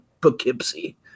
Poughkeepsie